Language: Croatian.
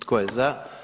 Tko je za?